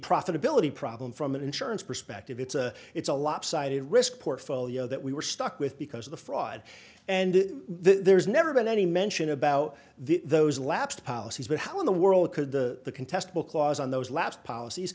profitability problem from an insurance perspective it's a it's a lopsided risk portfolio that we were stuck with because of the fraud and there's never been any mention about those lapsed policies but how in the world could the contestable clause on those last policies